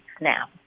now